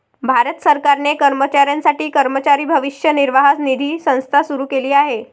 भारत सरकारने कर्मचाऱ्यांसाठी कर्मचारी भविष्य निर्वाह निधी संस्था सुरू केली आहे